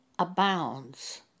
abounds